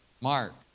Mark